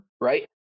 Right